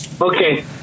Okay